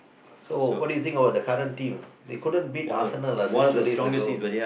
so what do you think about the current team they couldn't beat Arsenal ah these two days ago